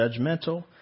judgmental